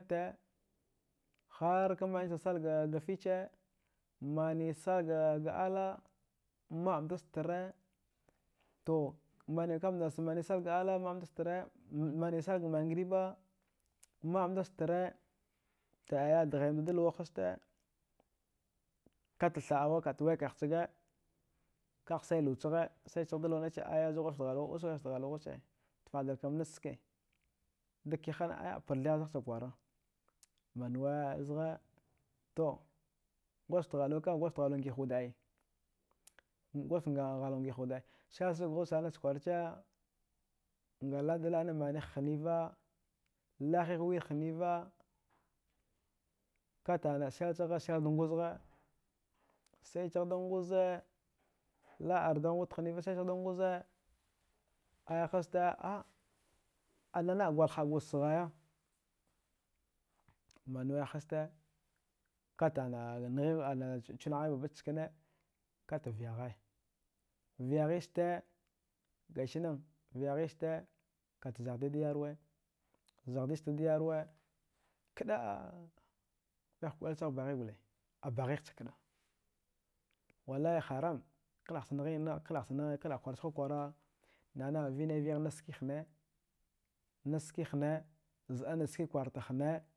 Te harkmanichud salga fiche. mani salga ala ma. amdastara to kamda mani salga ala ma. aamdastare mani salga magriba, ma. amdastara to aya dghaimdada luwa hasta kata tha. awakat waikaghsaga, kaghsai luwachaghe saichaghda lwa nace aya osa gwadjgaft halwa ghuce tfaghdilka namatsske, dakihana ai aparthige zaghcha kwara manwee zgha to gwadjgaft ghalwakam gwadjgaft ghalwa nghihwad ai. gwadjgaft ghalwa nghihwude selsag ghuwa sana chakwarachee nga laɗdlana manigh hniva, lahighwir hniva, kat ana selchaghe selda nguzghe, saichaghda nguza la. ardanwud hniva saichagda nguza aya hazta. a. nana a gwal hagwud sghaya manwee hazta kat ana chinaghi batbat chkane kata vyaghaya vyaghista gasinan vyaghista kat zaghdida yarwa, zaghdistada yarwa, kɗaa wiyah kwilchagh baghi gole. abaghighch kɗaa wallai haramkanahcha nghin kanacha kwakwara vinaiviyagh nachski hnee, zɗa nachski kwarta hnee